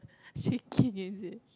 shaking it is